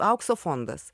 aukso fondas